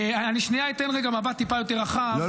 אני אתן רגע מבט טיפה יותר רחב --- לא,